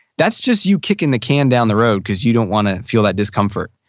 that's just you kicking the can down the road because you don't want to feel that discomfort.